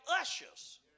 ushers